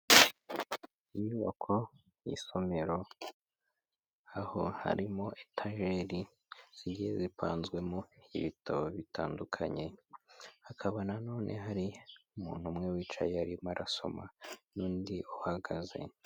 Inyubako y'isomero aho harimo etajeri zigiye zipanzwemo ibitabo bitandukanye, hakaba nanone hari umuntu umwe wicaye arimo arasoma n'undi uhagaze.